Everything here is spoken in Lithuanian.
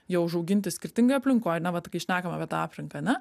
jie užauginti skirtingoj aplinkoj ar na vat kai šnekam apie tą aplinką ane